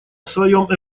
своём